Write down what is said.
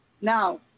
Now